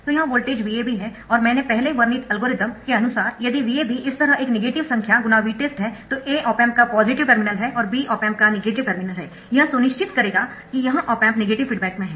तो यह voltage VAB है और मैंने पहले वर्णित एल्गोरिथम के अनुसार यदि VAB इस तरह एक नेगेटिव संख्या ×Vtest है तो A ऑप एम्प का पॉजिटिव टर्मिनल है और B ऑप एम्प का नेगेटिव टर्मिनल हैयह सुनिश्चित करेगा कि यह ऑप एम्प नेगेटिव फीडबैक में है